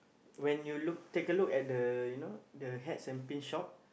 when you look take a look at the you know hats and pin shop